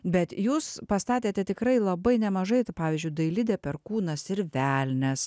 bet jūs pastatėte tikrai labai nemažai pavyzdžiui dailidė perkūnas ir velnias